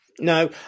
No